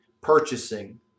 purchasing